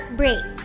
break